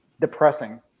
depressing